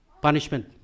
punishment